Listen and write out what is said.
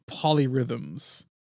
polyrhythms